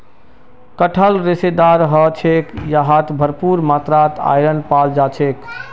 कटहल रेशेदार ह छेक यहात भरपूर मात्रात आयरन पाल जा छेक